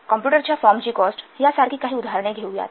computer च्या फॉर्मची cost यासारखी काही उदाहरणे घेऊयात